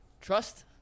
Trust